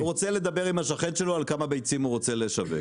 הוא רוצה לדבר עם השכן שלו על כמה ביצים הוא רוצה לשווק?